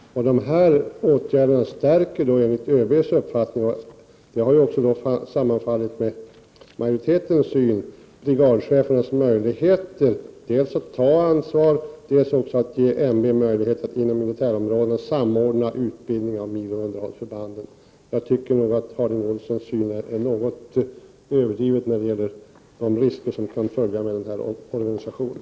Dessa åtgärder stärker enligts ÖB:s uppfattning — som också har sammanfallit med majoritetens syn — dels brigadchefernas möjligheter att ta ansvar, dels MB:s möjligheter att inom militärområdena samordna utbildning av milooch underhållsförbanden. Jag tycker att Bengt Harding Olsons syn är något överdriven när det gäller de risker som kan följa med denna organisation.